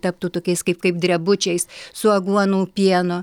taptų tokiais kaip kaip drebučiais su aguonų pienu